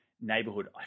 neighborhood